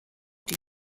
die